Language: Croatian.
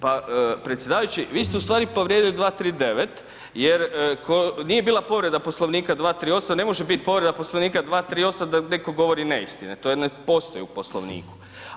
Pa predsjedavajući vi ste ustvari povrijedili 239. jer nije bila povreda Poslovnika 238., ne može biti povreda Poslovnika 238. da netko govori neistine, to ne postoji u Poslovniku.